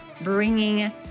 bringing